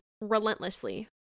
relentlessly